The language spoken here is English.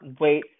wait